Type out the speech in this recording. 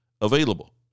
available